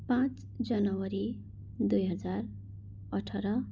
पाँच जनवरी दुई हजार अठार